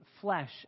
flesh